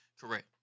Correct